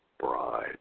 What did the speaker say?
bride